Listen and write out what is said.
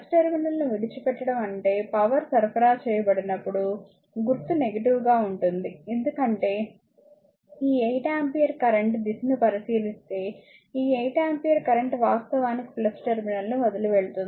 టెర్మినల్ను విడిచిపెట్టడం అంటే పవర్ సరఫరా చేయబడినప్పుడు గుర్తు నెగిటివ్ గా ఉంటుంది ఎందుకంటే ఈ 8 ఆంపియర్ కరెంట్ దిశను పరిశీలిస్తే ఈ 8 ఆంపియర్ కరెంట్ వాస్తవానికి టెర్మినల్ను వదిలివెళ్తుంది